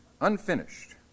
unfinished